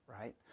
right